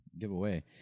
giveaway